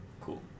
cool